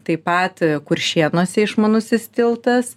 taip pat kuršėnuose išmanusis tiltas